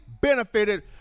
benefited